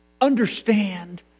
understand